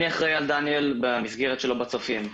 אני אחראי על דניאל במסגרת שלו בצופים.